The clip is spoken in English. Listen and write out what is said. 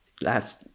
last